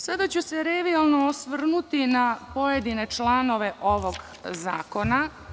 Sada ću se revijalno osvrnuti na pojedine članove ovog zakona.